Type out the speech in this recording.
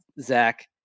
Zach